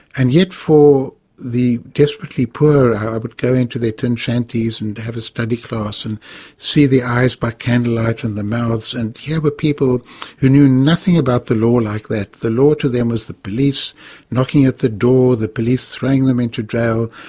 and yet for the desperately poor i would go into their tin shanties and have a study class and see the eyes by candlelight and the mouths, and here were people who knew nothing about the law like that. the law to them was the police knocking at the door, the police throwing them into jail,